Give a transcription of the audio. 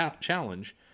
challenge